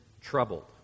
troubled